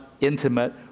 intimate